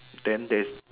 then there's